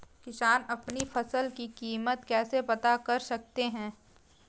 किसान अपनी फसल की कीमत कैसे पता कर सकते हैं?